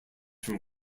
from